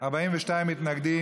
41 נגד,